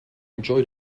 enjoy